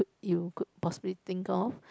you could possibly think off